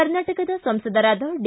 ಕರ್ನಾಟಕ ಸಂಸದರಾದ ಡಿ